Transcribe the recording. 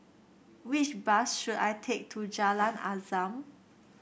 which bus should I take to Jalan Azam